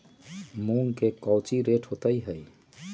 मूंग के कौची रेट होते हई?